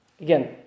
again